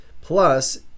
Plus